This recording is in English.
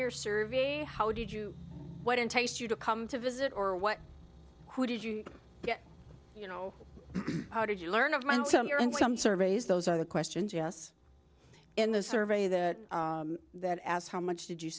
your survey how did you what entice you to come to visit or what who did you get you know how did you learn of mine and some surveys those are the questions yes in the survey that that asked how much did you